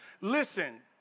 Listen